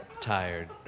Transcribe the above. tired